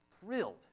thrilled